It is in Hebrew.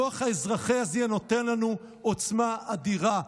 הכוח האזרחי הזה נותן לנו עוצמה אדירה.